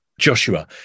Joshua